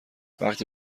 وقتی